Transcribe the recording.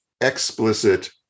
explicit